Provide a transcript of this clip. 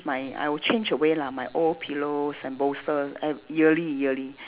my I will change away lah my old pillows and bolster uh yearly yearly